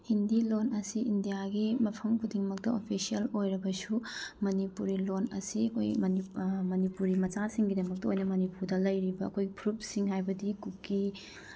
ꯍꯤꯟꯗꯤ ꯂꯣꯜ ꯑꯁꯤ ꯏꯟꯗꯤꯌꯥꯒꯤ ꯃꯐꯝ ꯈꯨꯗꯤꯡꯃꯛꯇ ꯑꯣꯐꯤꯁꯦꯜ ꯑꯣꯏꯔꯕꯁꯨ ꯃꯅꯤꯄꯨꯔꯤ ꯂꯣꯜ ꯑꯁꯤ ꯑꯩꯈꯣꯏ ꯃꯅꯤꯄꯨꯔꯤ ꯃꯆꯥꯁꯤꯡꯒꯤꯗꯝꯛꯇ ꯑꯣꯏꯅ ꯃꯅꯤꯄꯨꯔꯗ ꯂꯩꯔꯤꯕ ꯑꯩꯈꯣꯏ ꯐꯨꯔꯨꯞꯁꯤꯡ ꯍꯥꯏꯕꯗꯤ ꯀꯨꯀꯤ